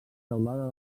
teulada